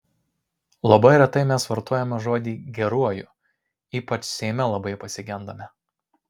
labai retai mes vartojame žodį geruoju ypač seime labai pasigendame